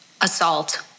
assault